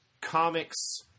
Comics